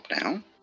now